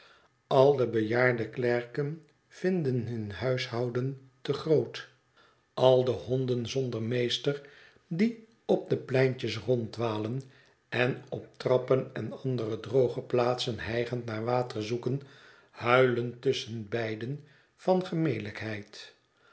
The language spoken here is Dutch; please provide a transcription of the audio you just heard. al de bejaarde klerken vinden hun huishouden te groot al de honden zonder meester die op de pleintjes ronddwalen en op trappen en andere droge plaatsen hijgend naar water zoeken huilen tusschenbeiden van